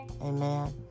Amen